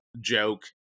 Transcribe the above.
joke